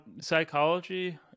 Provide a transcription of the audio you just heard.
psychology